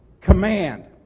command